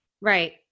Right